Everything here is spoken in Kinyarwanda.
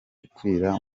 gukwira